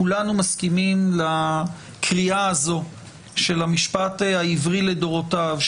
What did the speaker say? כולנו מסכימים לקריאה הזאת של המשפט העברי לדורותיו,